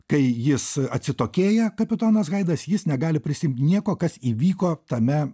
kai jis atsitokėja kapitonas haidas jis negali prisimint nieko kas įvyko tame